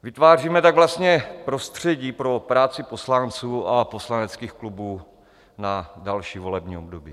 Vytváříme tak vlastně prostředí pro práci poslanců a poslaneckých klubů na další volební období.